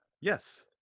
Yes